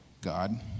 God